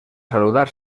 saludar